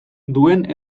duen